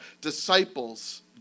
Disciples